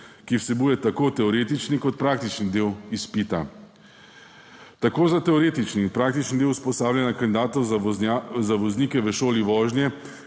ki vsebuje tako teoretični kot praktični del izpita, tako za teoretični in praktični del usposabljanja kandidatov za voznike v šoli vožnje